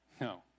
no